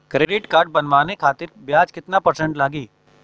Credit card बनवाने खातिर ब्याज कितना परसेंट लगी?